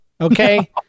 Okay